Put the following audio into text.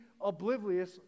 oblivious